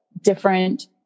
different